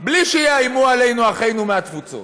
בלי שיאיימו עלינו אחינו מהתפוצות?